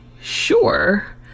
sure